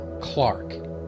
Clark